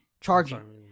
charging